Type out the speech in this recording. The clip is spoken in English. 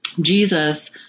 Jesus